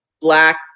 Black